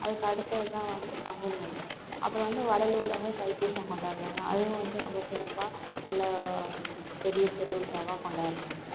அதுக்கு அடுத்தது தான் வந்து பங்குனி உத்திரம் அப்புறம் வந்து வடலூரில் வந்து தைப்பூசம் கொண்டாடுகிறாங்க அதுவும் வந்து ரொம்ப சிறப்பாக நல்லா பெரிய திருவிழாவாக கொண்டாடுனாங்க